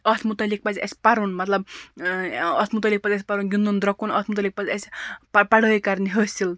اَتھ مُتعلِق پَزِ اَسہِ پَرُن مطلب اَتھ مُتعلِق پَزِ اَسہِ پَرُن گِنٛدُن درٛۄکُن اَتھ مُتعلِق پَزِ اَسہِ پَڑٲے کَرنہِ حٲصِل